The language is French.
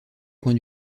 coin